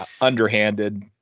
underhanded